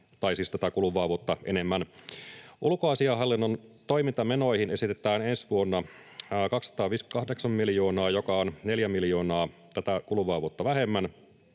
miljoonaa tätä kuluvaa vuotta enemmän. Ulkoasiainhallinnon toimintamenoihin esitetään ensi vuonna 258 miljoonaa, joka on 4 miljoonaa tätä kuluvaa vuotta vähemmän.